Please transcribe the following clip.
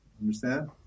Understand